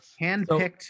handpicked